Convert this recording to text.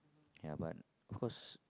ya but of course